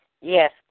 Yes